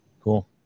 Cool